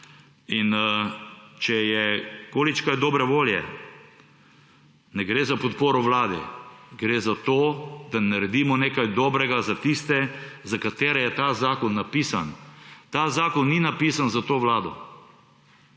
In če je količkaj dobre volje, ne gre za podporo vladi, gre za to, da naredimo nekaj dobrega za tiste, za katere je ta zakon napisan. Ta zakon ni napisan za to vlado,